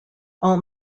all